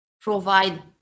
provide